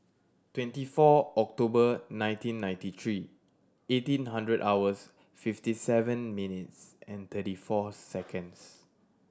twenty four October nineteen ninety three eighteen hundred hours fifty seven minutes and thirty four seconds